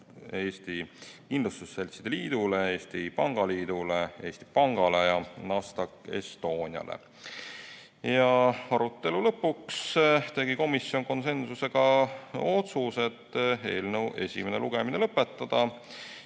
Eesti Kindlustusseltside Liidule, Eesti Pangaliidule, Eesti Pangale ja Nasdaq Estoniale. Arutelu lõpuks tegi komisjon konsensuslikud otsused eelnõu esimene lugemine lõpetada